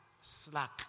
slack